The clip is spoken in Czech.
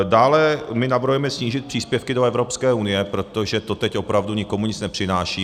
Dále my navrhujeme snížit příspěvky do Evropské unie, protože to teď opravdu nikomu nic nepřináší.